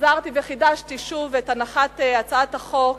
מחזרתי וחידשתי שוב את הנחת הצעת החוק,